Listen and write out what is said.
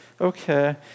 okay